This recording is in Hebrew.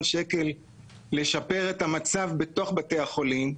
שקלים לשפר את המצב בתוך בתי החולים,